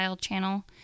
channel